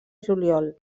juliol